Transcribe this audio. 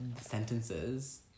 sentences